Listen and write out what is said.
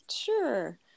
Sure